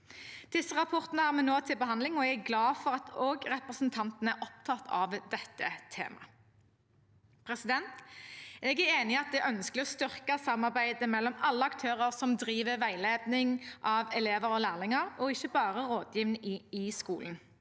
Disse rapportene har vi nå til behandling, og jeg er glad for at også representantene er opptatt av dette temaet. Jeg er enig i at det er ønskelig å styrke samarbeidet mellom alle aktører som driver veiledning av elever og lærlinger og ikke bare rådgivning i skolen.